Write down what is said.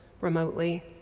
remotely